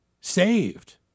saved